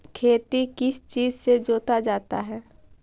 खेती किस चीज से जोता जाता है?